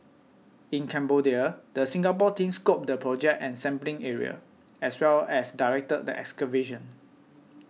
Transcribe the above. in Cambodia the Singapore team scoped the project and sampling area as well as directed the excavation